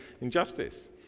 injustice